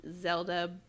Zelda